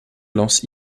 lance